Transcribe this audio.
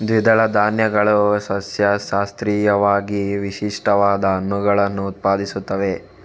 ದ್ವಿದಳ ಧಾನ್ಯಗಳು ಸಸ್ಯಶಾಸ್ತ್ರೀಯವಾಗಿ ವಿಶಿಷ್ಟವಾದ ಹಣ್ಣುಗಳನ್ನು ಉತ್ಪಾದಿಸುತ್ತವೆ